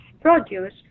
produce